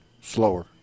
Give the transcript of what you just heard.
slower